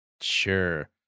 Sure